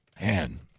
man